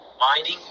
mining